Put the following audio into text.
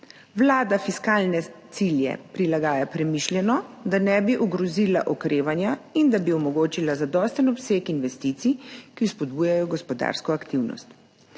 Vlada fiskalne cilje prilagaja premišljeno, da ne bi ogrozila okrevanja in da bi omogočila zadosten obseg investicij, ki spodbujajo gospodarsko aktivnost.